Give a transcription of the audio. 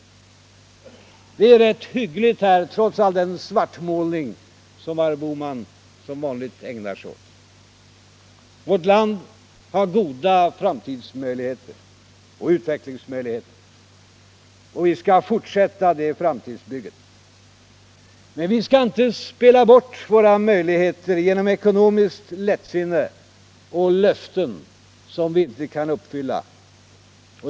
Vi har det rätt hyggligt, trots den svartmålning som herr Bohman, som vanligt, ägnar sig åt. Vårt land har goda framtids och utvecklingsmöjligheter. Vi skall fortsätta det framtidsbygget. Men vi skall inte spela bort de möjligheterna genom ekonomiskt lättsinne och löften som vi inte kan uppfylla.